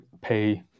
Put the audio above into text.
pay